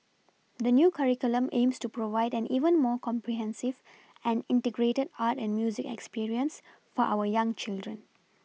the new curriculum aims to provide an even more comprehensive and Integrated art and music experience for our young children